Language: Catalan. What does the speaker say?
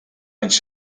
anys